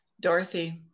Dorothy